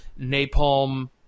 napalm